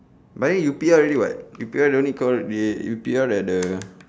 by then you P_R already what you P_R don't need come with you you P_R at the